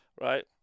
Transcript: right